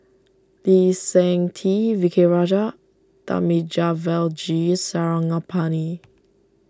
Lee Seng Tee V K Rajah Thamizhavel G Sarangapani